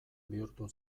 bihurtu